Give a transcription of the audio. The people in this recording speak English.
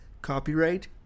Copyright